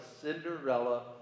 Cinderella